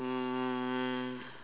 um